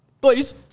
please